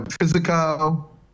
physical